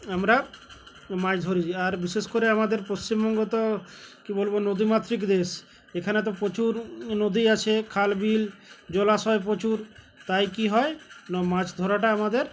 আমরা মাছ ধরি আর বিশেষ করে আমাদের পশ্চিমবঙ্গ তো কী বলব নদীমাত্রিক দেশ এখানে তো প্রচুর নদী আছে খাল বিল জলাশয় প্রচুর তাই কী হয় না মাছ ধরাটা আমাদের